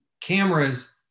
cameras